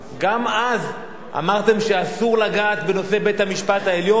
גם אז אמרתם שאסור לגעת בנושא בית-המשפט העליון?